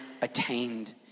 attained